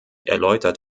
erläutert